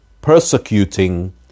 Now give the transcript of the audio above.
persecuting